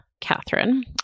Catherine